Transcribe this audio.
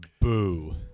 Boo